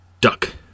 duck